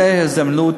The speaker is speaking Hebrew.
זאת הזדמנות.